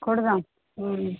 కుడదాం